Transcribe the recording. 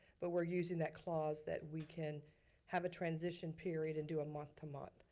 but we're using that clause that we can have a transition period and do a month to month.